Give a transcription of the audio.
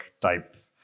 type